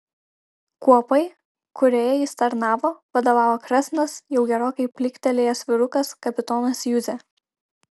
kuopai kurioje jis tarnavo vadovavo kresnas jau gerokai pliktelėjęs vyrukas kapitonas juzė